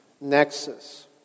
nexus